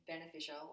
beneficial